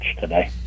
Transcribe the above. today